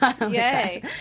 Yay